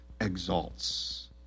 exalts